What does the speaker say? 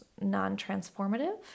non-transformative